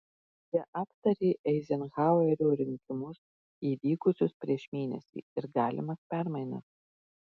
jie aptarė eizenhauerio rinkimus įvykusius prieš mėnesį ir galimas permainas